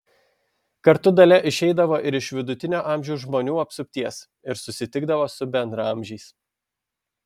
kartu dalia išeidavo ir iš vidutinio amžiaus žmonių apsupties ir susitikdavo su bendraamžiais